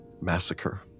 massacre